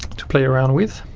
to play around with